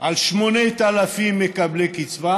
על 8,000 מקבלי קצבה